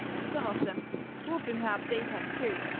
and some of them whooping her up daytimes too.